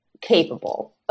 capable